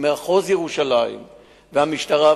מחוז ירושלים והמשטרה,